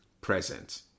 present